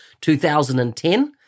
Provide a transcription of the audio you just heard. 2010